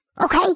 okay